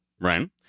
right